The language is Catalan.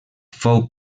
fou